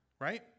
right